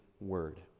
word